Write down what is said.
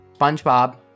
Spongebob